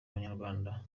abanyarwanda